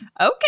okay